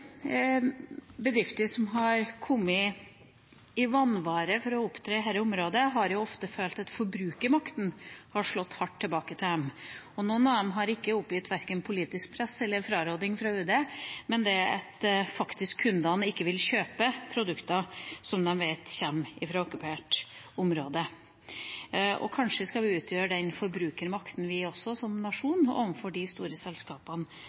bedrifter som har kommet i vanvare for å opptre i dette området, har ofte følt at forbrukermakten har slått tilbake på dem. Noen av dem har oppgitt verken politisk press eller fraråding fra UD, men det at kundene faktisk ikke vil kjøpe produkter som de vet kommer fra okkupert område. Kanskje skal vi utgjøre den forbrukermakta vi også, som nasjon, overfor de store selskapene